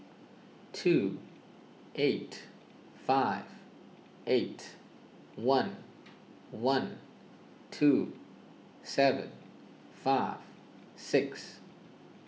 two eight five eight one one two seven five six